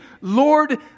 Lord